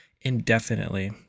indefinitely